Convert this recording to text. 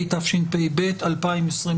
התשפ"ב-2022.